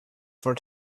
for